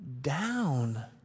down